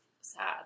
sad